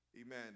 amen